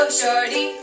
shorty